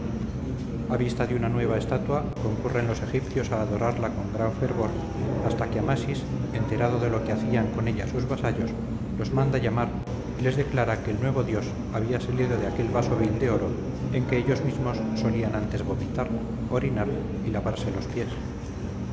a vista de una nueva estatua concurren los egipcios a adorarla con gran fervor hasta que amasis enterado de lo que hacían con ella sus vasallos los manda llamar y les declara que el nuevo dios había salido de aquel vaso vil de oro en que ellos mismos solían antes vomitar orinar y lavarse los pies